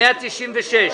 פנייה מס' 196,